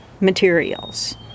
materials